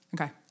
Okay